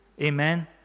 Amen